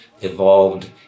evolved